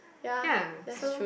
ya so